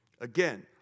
Again